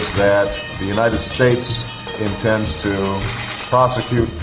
that the united states intends to prosecute